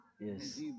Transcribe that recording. Yes